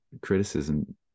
criticism